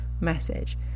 message